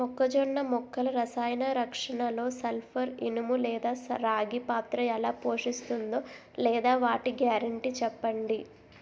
మొక్కజొన్న మొక్కల రసాయన రక్షణలో సల్పర్, ఇనుము లేదా రాగి పాత్ర ఎలా పోషిస్తుందో లేదా వాటి గ్యారంటీ చెప్పండి